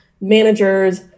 Managers